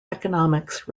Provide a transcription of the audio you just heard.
economics